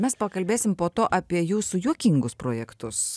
mes pakalbėsim po to apie jūsų juokingus projektus